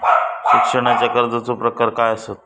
शिक्षणाच्या कर्जाचो प्रकार काय आसत?